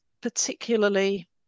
particularly